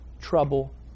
trouble